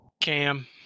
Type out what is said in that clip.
Cam